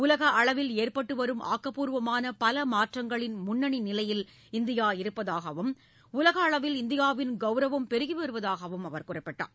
உலக அளவில் ஏற்பட்டுவரும் ஆக்கப்பூர்வமான பல மாற்றங்களின் முன்னணி நிலையில் இந்தியா இருப்பதாகவும் உலக அளவில் இந்தியாவின் கௌரவம் பெருகி வருவதாகவும் அவர் கூறினார்